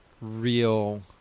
real